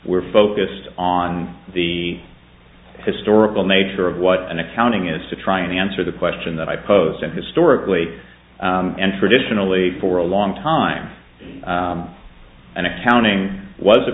we're focused on the historical nature of what an accounting is to try and answer the question that i posed and historically and traditionally for a long time an accounting was a